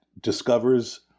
discovers